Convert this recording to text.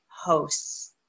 hosts